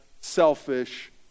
selfish